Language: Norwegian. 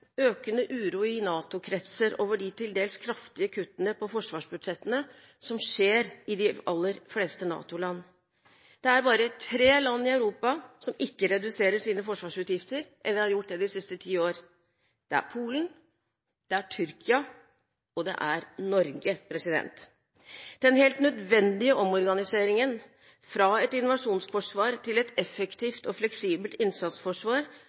økende uro i NATO-kretser over de til dels kraftige kuttene i forsvarsbudsjettene som skjer i de aller fleste NATO-land. Det er bare tre land i Europa som ikke reduserer sine forsvarsutgifter, eller har gjort det de siste ti år: Polen, Tyrkia og Norge. Den helt nødvendige omorganiseringen fra et innovasjonsforsvar til et effektivt og fleksibelt innsatsforsvar